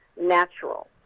natural